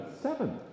seven